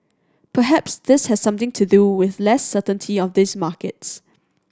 perhaps this has something to do with less certainty of these markets